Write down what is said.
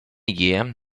year